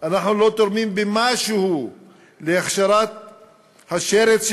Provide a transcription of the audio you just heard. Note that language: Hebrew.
אנחנו לא תורמים במשהו להכשרת השרץ,